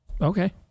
Okay